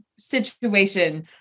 situation